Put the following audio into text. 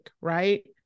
right